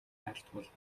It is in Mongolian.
айлтгуулна